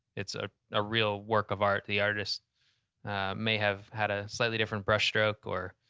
it's ah a real work of art. the artist may have had a slightly different brush stroke, or.